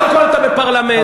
חבר הכנסת, קודם כול תדבר יפה.